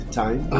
time